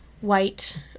white